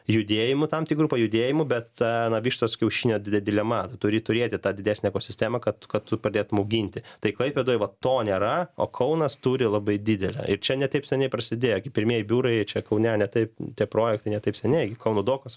judėjimų tam tikrų pajudėjimų bet na vištos kiaušinio didė dilema turi turėti tą didesnę ekosistemą kad kad tu padėtum auginti tai klaipėdoje va to nėra o kaunas turi labai didelę ir čia ne taip seniai prasidėję pirmieji biurai čia kaune ne taip tie projektai ne taip seniai gi kauno dokas